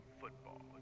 Football